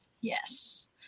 Yes